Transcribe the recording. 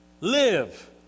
live